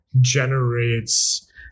generates